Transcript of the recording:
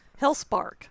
Hellspark